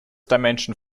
dimension